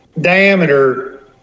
diameter